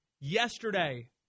Yesterday